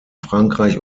frankreich